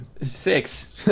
Six